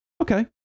Okay